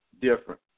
different